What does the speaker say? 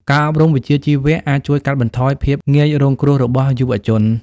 ការអប់រំវិជ្ជាជីវៈអាចជួយកាត់បន្ថយភាពងាយរងគ្រោះរបស់យុវជន។